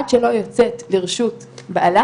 עד שלא יוצאת לרשות בעלה,